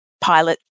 pilot